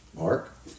Mark